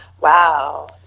Wow